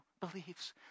believes